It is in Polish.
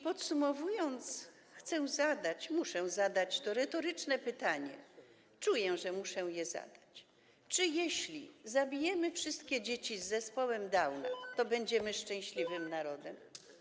Podsumowując, chcę zadać, muszę zadać to retoryczne pytanie, czuję, że muszę je zadać: Czy jeśli zabijemy wszystkie dzieci z zespołem Downa, to będziemy szczęśliwym narodem?